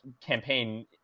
campaign